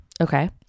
Okay